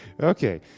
Okay